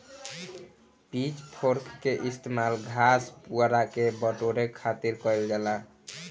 pitch fork के इस्तेमाल घास, पुआरा के बटोरे खातिर कईल जाला